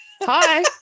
Hi